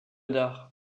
dard